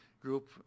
group